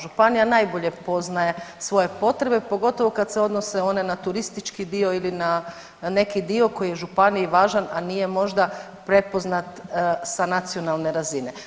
Županija najbolje poznaje svoje potrebe, pogotovo kad se odnose one na turistički dio ili na neki dio koji je županiji važan, a nije možda prepoznat sa nacionalne razine.